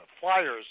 flyers